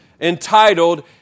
entitled